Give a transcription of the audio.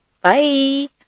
bye